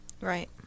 Right